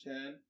Ten